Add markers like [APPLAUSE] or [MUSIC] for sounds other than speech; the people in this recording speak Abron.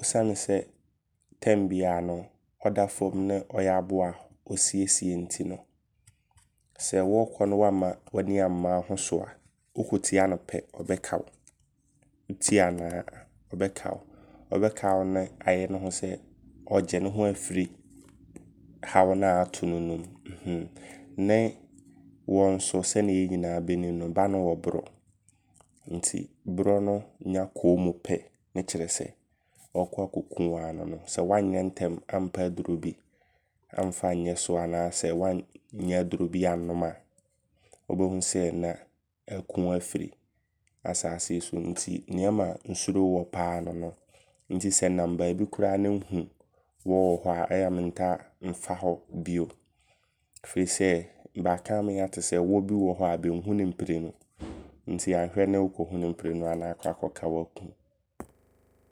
ɔsiane sɛ berɛ biaa no ɛda fam ne ɔyɛ aboa ɔsiesie nti no. Sɛ wɔɔkɔ ne wamma w'ani amma wo ho so a, wotia no pɛ ɔbɛka wo. Wotia no a ɔbɛka. Ɔbɛka wo ne ayɛ ne ho sɛ, ɔɔgye ne ho afiri haw no a ato no mu. [HESITATION] Ne wɔ nso sɛnea yɛnyinaa bɛnim no bɛano wɔ borɔ. Nti borɔ no nya kɔ wo mu pɛ ne kyerɛ sɛ ɔɔkɔ akɔku woaa no no. Sɛ woanyɛ ntɛm ampɛ aduro bi amfa anyɛ so. Anaa woannya aduro bi annom a, wobɛhu sɛ na aaku wo afiri afasaase yi so. Nti neɛ ɛma nsuro wɔ paa no no. Nti sɛ nnam baabi koraa ne nhu wɔ wɔ hɔ a, ɛyɛ a me ntaa mfa hɔ bio. Ɛfiri sɛ baaka ama yɛate sɛ, wɔ bi wɔ hɔ a bɛnhu no mprenu. [NOISE] Nti anhwɛ ne wokɔhu no mprenu a ne akɔka wo aku wo.